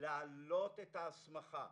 להעלות את ההסמכה.